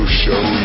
show